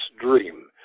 Dream